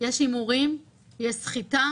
יש הימורים, יש סחיטה,